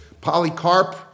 Polycarp